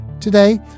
Today